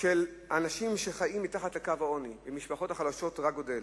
של האנשים שחיים מתחת לקו העוני ושל המשפחות החלשות רק גדלים.